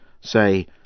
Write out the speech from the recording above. say